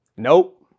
Nope